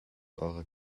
ora